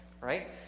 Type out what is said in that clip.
right